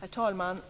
Herr talman!